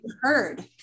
heard